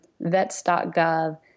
vets.gov